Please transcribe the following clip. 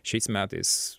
šiais metais